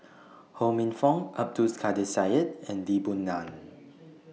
Ho Minfong Abdul Kadir Syed and Lee Boon Ngan